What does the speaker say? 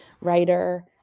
writer